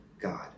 God